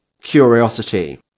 curiosity